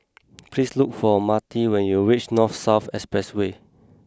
please look for Marty when you reach North South Expressway